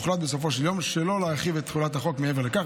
הוחלט בסופו של יום שלא להרחיב את תחולת החוק מעבר לכך.